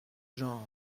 genre